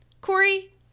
Corey